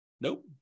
Nope